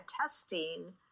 testing